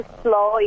slow